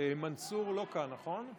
מנסור לא כאן, נכון?